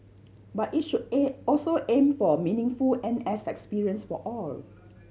but it should an also aim for a meaningful N S experience for all